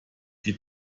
die